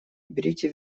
берите